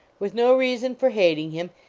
with no reason for hating him,